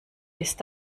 ist